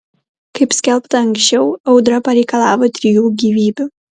kaip skelbta anksčiau audra pareikalavo trijų gyvybių